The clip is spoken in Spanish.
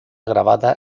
grabada